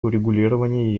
урегулирования